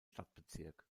stadtbezirk